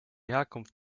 herkunft